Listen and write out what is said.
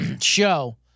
show